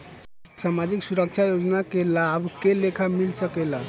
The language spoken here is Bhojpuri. सामाजिक सुरक्षा योजना के लाभ के लेखा मिल सके ला?